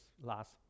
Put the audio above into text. last